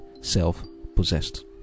self-possessed